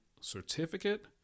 certificate